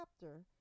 chapter